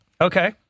Okay